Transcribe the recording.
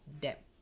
debt